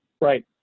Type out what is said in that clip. Right